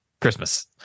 Christmas